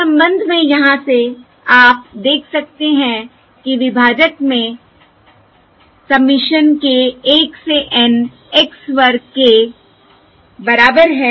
इस संबंध में यहाँ से आप देख सकते हैं कि विभाजक में सबमिशन k 1 से N x वर्ग k बराबर है